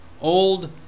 old